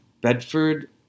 Bedford